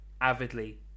avidly